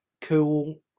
cool